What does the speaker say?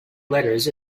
letters